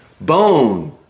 Bone